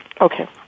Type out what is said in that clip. Okay